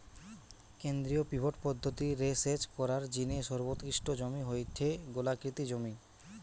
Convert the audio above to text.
কেন্দ্রীয় পিভট পদ্ধতি রে সেচ করার জিনে সর্বোৎকৃষ্ট জমি হয়ঠে গোলাকৃতি জমি